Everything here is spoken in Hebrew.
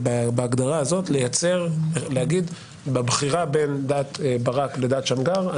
בהגדרה הזאת אני מנסה לומר בבחירה בין ברק בדעת שמגר,